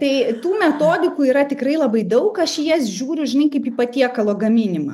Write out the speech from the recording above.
tai tų metodikų yra tikrai labai daug aš į jas žiūriu žinai kaip į patiekalo gaminimą